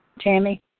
Tammy